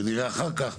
ונראה אחר כך.